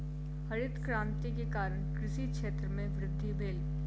हरित क्रांति के कारण कृषि क्षेत्र में वृद्धि भेल